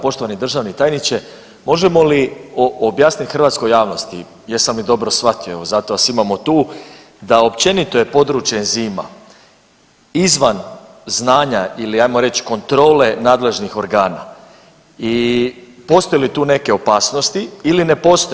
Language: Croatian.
Poštovani državni tajniče, možemo li objasniti hrvatskoj javnosti jesam li dobro shvatio, zato vas imamo tu, da općenito je područje enzima izvan znanja ili ajmo reći kontrole nadležnih organa i postoje li tu neke opasnosti ili ne postoje.